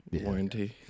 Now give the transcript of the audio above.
warranty